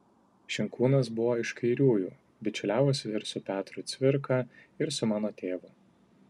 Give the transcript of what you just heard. šinkūnas buvo iš kairiųjų bičiuliavosi ir su petru cvirka ir su mano tėvu